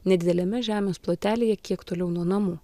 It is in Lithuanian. nedideliame žemės plotelyje kiek toliau nuo namų